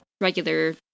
regular